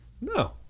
No